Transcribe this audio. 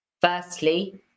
firstly